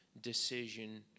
decision